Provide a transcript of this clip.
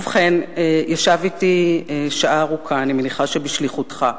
ובכן, ישב אתי שעה ארוכה, אני מניחה שבשליחותך,